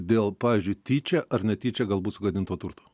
dėl pavyzdžiui tyčia ar netyčia galbūt sugadinto turto